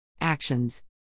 Actions